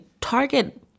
target